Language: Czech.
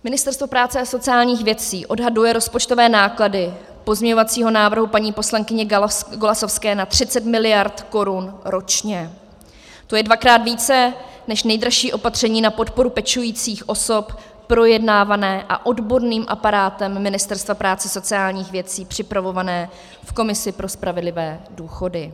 Ministerstvo práce a sociálních věcí odhaduje rozpočtové náklady pozměňovacího návrhu paní poslankyně Golasowské na 30 miliard korun ročně, to je dvakrát více než nejdražší opatření na podporu pečujících osob projednávané a odborným aparátem Ministerstva práce a sociálních věcí připravované v Komisi pro spravedlivé důchody.